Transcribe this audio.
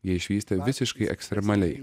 jei išvystė visiškai ekstremaliai